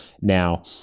Now